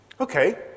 Okay